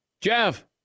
Jeff